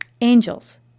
Angels